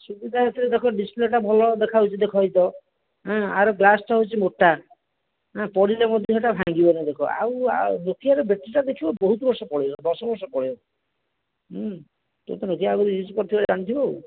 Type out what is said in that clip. ସୁବିଧା ସେଇ ଦେଖ ଡିସପ୍ଲେଟା ଭଲ ଦେଖାଯାଉଛି ଦେଖ ଏଇ ତ ଉଁ ଆର ଗ୍ଲାସଟା ହେଉଛି ମୋଟା ଏଁ ପଡ଼ିଲେ ମଧ୍ୟ ଏଇଟା ଭାଙ୍ଗିବନି ଦେଖ ଆଉ ଆ ନୋକିଆର ବ୍ୟାଟେରୀଟା ଦେଖିବ ବହୁତବର୍ଷ ପଳାଇବ ବର୍ଷ ବର୍ଷ ପଳାଇବ ଉଁ ତୁମେ ତ ନୋକିଆ ଆଗରୁ ୟୁଜ୍ କରିଥିବ ଜାଣିଥିବ ଆଉ